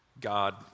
God